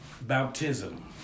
baptism